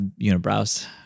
unibrows